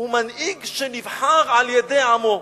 הוא מנהיג שנבחר על-ידי עמו.